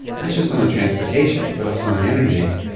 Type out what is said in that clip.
not just on the transportation, but also on energy,